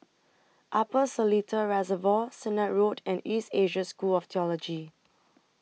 Upper Seletar Reservoir Sennett Road and East Asia School of Theology